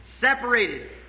separated